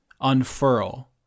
unfurl